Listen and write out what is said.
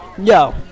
Yo